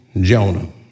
Jonah